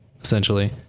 essentially